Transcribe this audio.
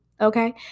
okay